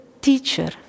teacher